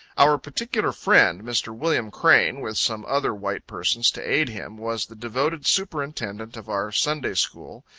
our particular friend, mr. william crane, with some other white persons to aid him, was the devoted superintendent of our sunday school,